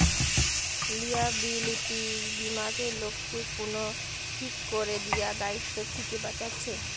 liability বীমাতে লোককে কুনো ঠিক কোরে দিয়া দায়িত্ব থিকে বাঁচাচ্ছে